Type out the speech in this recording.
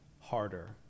harder